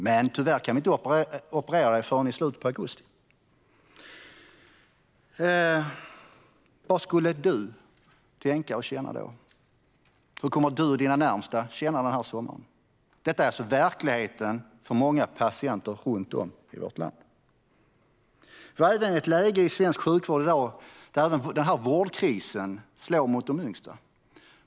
Men tyvärr kan vi inte operera dig förrän i slutet på augusti. Vad skulle just du tänka och känna då? Hur kommer du och dina närmaste att känna denna sommar? Detta är verkligheten för många patient runt om i vårt land. Vi är i ett läge i svensk sjukvård i dag där vårdkrisen slår även mot de yngsta.